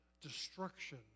destruction